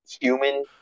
human